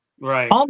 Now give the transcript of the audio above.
Right